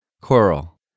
Coral